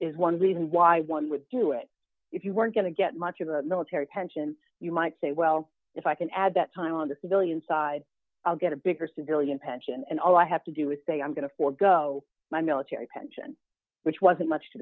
is one reason why one would do it if you were going to get much of a military pension you might say well if i can add that time on the civilian side i'll get a bigger civilian pension and all i have to do was say i'm going to forego my military pension which wasn't much to